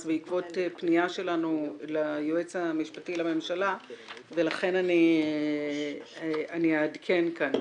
בעקבות פניה שלנו ליועץ המשפטי לממשלה ולכן אני אעדכן כאן.